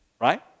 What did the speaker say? Right